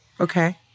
Okay